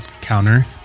counter